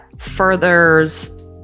furthers